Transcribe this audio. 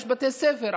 יש בתי ספר,